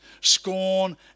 scorn